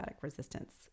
resistance